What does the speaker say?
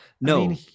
no